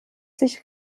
sich